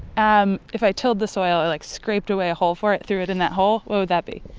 um if i tilled the soil, i like scraped away a hole for it, threw it in that hole what would that be?